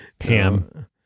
Ham